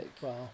Wow